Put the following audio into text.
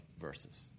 verses